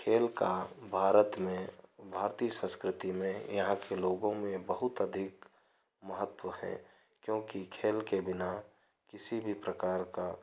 खेल का भारत में भारती संस्कृति में यहाँ के लोगों में बहुत अधिक महत्व है क्योंकि खेल के बिना किसी भी प्रकार का